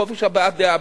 חופש הבעת דעה,